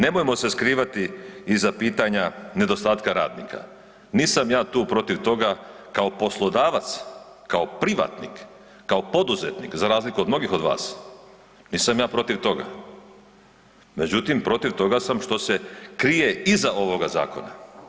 Nemojmo se skrivati iza pitanja nedostatka radnika, nisam ja tu protiv toga kao poslodavac, kao privatnik, kao poduzetnik za razliku od mnogih od vas, nisam ja protiv toga, međutim protiv toga sam što se krije iza ovoga zakona.